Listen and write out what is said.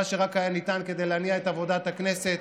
שרק היה ניתן כדי להניע את עבודת הכנסת.